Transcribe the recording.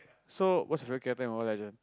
so what's your favourite in Mobile-Legend